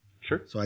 Sure